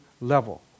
level